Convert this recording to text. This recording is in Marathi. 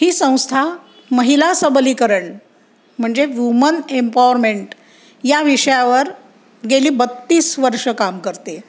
ही संस्था महिला सबलीकरण म्हणजे वुमन एम्पॉवरमेंट या विषयावर गेली बत्तीस वर्षं काम करते